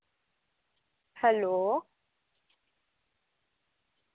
hello